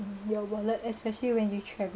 your wallet especially when you travel